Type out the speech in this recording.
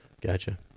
gotcha